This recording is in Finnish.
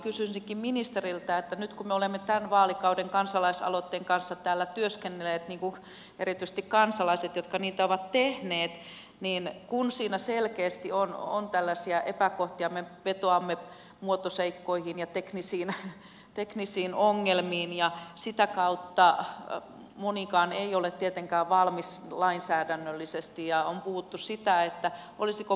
kysyisinkin ministeriltä nyt kun me olemme tämän vaalikauden kansalaisaloitteen kanssa täällä työskennelleet erityisesti kansalaiset jotka niitä ovat tehneet että kun siinä selkeästi on epäkohtia me vetoamme muotoseikkoihin ja teknisiin ongelmiin ja sitä kautta monikaan ei ole tietenkään valmis lainsäädännöllisestiia on puhuttu siitä että lainsäädännöllisesti